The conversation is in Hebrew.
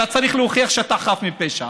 אתה צריך להוכיח שאתה חף מפשע.